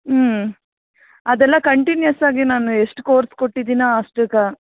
ಹ್ಞೂ ಅದೆಲ್ಲಾ ಕಂಟಿನ್ಯೂಸ್ ಆಗಿ ನಾನು ಎಷ್ಟು ಕೋರ್ಸ್ ಕೊಟ್ಟಿದ್ದೀನ ಅಷ್ಟು ಕ